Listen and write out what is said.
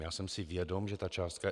Já jsem si vědom, že ta částka...